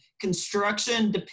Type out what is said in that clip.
Construction